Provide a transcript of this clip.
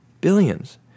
Billions